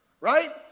Right